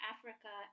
Africa